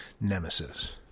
nemesis